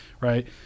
right